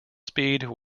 speed